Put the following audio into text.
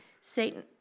Satan